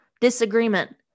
disagreement